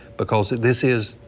because of this is.